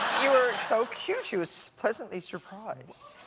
you were so cute. she was pleasantly surprised.